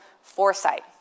foresight